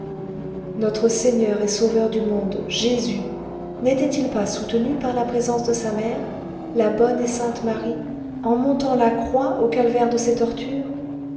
notre seigneur et sauveur du monde jésus n'était-il pas soutenu par la présence de sa mère la bonne et sainte marie en montant la croix au calvaire de ses tortures